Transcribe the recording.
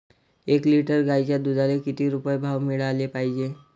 एक लिटर गाईच्या दुधाला किती रुपये भाव मिळायले पाहिजे?